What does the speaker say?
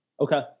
okay